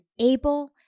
able